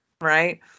right